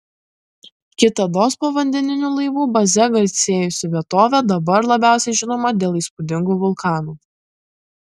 kitados povandeninių laivų baze garsėjusi vietovė dabar labiausiai žinoma dėl įspūdingų vulkanų